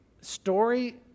story